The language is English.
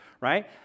right